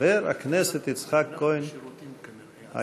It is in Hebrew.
חבר הכנסת יצחק כהן, אייכה?